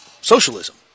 socialism